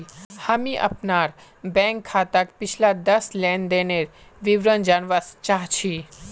हामी अपनार बैंक खाताक पिछला दस लेनदनेर विवरण जनवा चाह छि